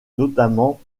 notamment